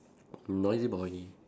noisy boy